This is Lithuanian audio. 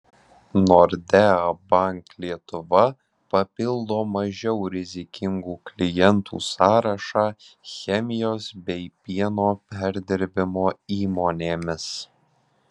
nordea bank lietuva papildo mažiau rizikingų klientų sąrašą chemijos bei pieno perdirbimo įmonėmis